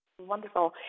Wonderful